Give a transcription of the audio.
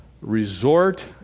resort